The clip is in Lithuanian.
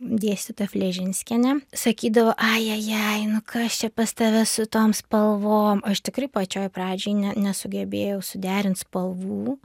dėstytoja fležinskienė sakydavo ajajajai nu kas čia pas tave su tom spalvom aš tikrai pačioj pradžioj nesugebėjau suderint spalvų